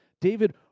David